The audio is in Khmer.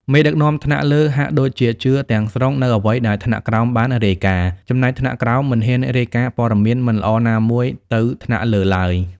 មេដឹកនាំថ្នាក់លើហាក់ដូចជាជឿ ទាំងស្រុងនូវអ្វីដែលថ្នាក់ក្រោមបានរាយការណ៍ ចំណែកថ្នាក់ក្រោមមិនហ៊ានរាយការណ៍ព័ត៌មានមិនល្អណាមួយទៅថ្នាក់លើឡើយ។